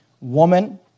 woman